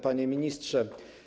Panie Ministrze!